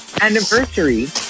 anniversary